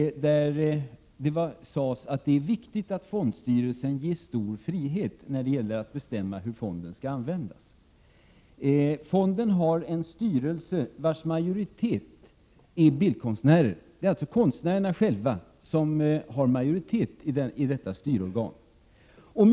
Där sades att det är viktigt att fondstyrelsen ges stor frihet när det gäller att bestämma hur fonden — Prot. 1987/88:105 skall användas. Fonden har en styrelse vars majoritet är bildkonstnärer. Det 21 april 1988 är alltså konstnärerna själva som har majoriteten.